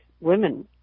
women